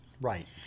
Right